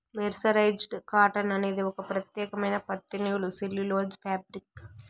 mercerised cotton అనేది ఒక ప్రత్యేకమైన పత్తి నూలు సెల్యులోజ్ ఫాబ్రిక్